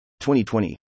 2020